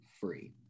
free